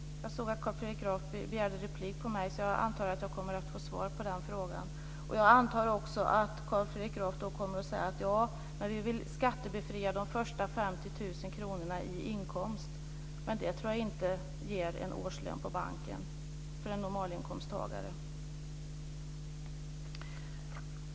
Jag ser att Carl Fredrik Graf begär replik, så jag antar att jag kommer att få svar på den frågan. Jag antar också att Carl Fredrik Graf då kommer att säga att man vill skattebefria de första 50 000 kronorna i inkomst, men jag tror inte att det ger en årslön på banken för en normalinkomsttagare.